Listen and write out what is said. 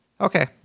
Okay